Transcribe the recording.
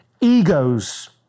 egos